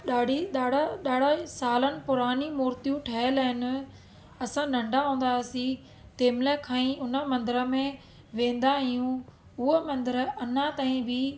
ॾाढी ॾाढा ॾाढा सालनि पुरानी मूर्तियूं ठहियल आहिनि असां नंढा हूंदा हुआसीं तेंमल्हि खां ई उन मंदिर में वेंदा आहियूं उहो मंदिर अञा ताईं बि